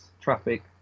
traffic